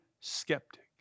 skeptic